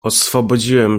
oswobodziłem